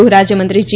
ગૃહ રાજ્યમંત્રી જી